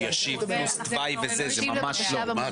הוא ישיב פלוס תוואי וזה, זה ממש לא.